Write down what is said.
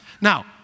Now